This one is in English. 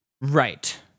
Right